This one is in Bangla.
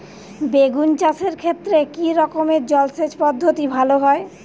বেগুন চাষের ক্ষেত্রে কি রকমের জলসেচ পদ্ধতি ভালো হয়?